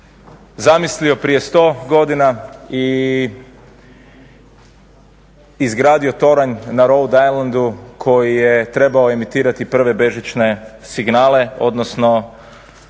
zamislio prije sto godina i izgradio toranj na Road Ajlandu koji je trebao emitirati prve bežične signale odnosno